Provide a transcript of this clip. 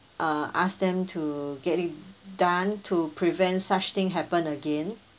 uh ask them to get it done to prevent such thing happen again